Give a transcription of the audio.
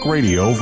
Radio